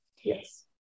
Yes